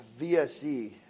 VSE